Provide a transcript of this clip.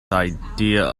idea